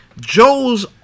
Joe's